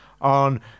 on